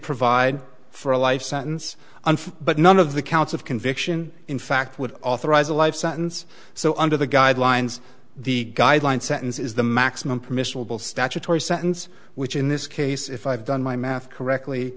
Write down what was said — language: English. provide for a life sentence and but none of the counts of conviction in fact would authorize a life sentence so under the guidelines the guidelines sentence is the maximum permissible statutory sentence which in this case if i've done my math correctly